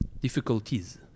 Difficulties